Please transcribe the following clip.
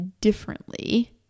differently